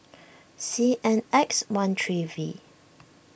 C N X one three V